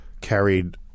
carried